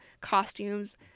costumes